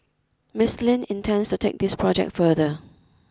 Miss Lin intends to take this project further